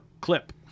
clip